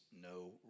no